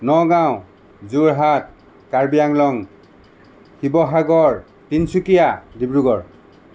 Nagaon Jorhat Karbi Anglong Sivasagar Tinsukia Dibrugarh